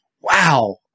wow